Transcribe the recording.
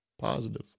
positive